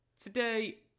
today